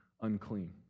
unclean